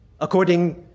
according